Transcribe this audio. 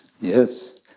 yes